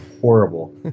horrible